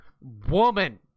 woman